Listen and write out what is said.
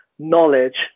knowledge